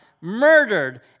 murdered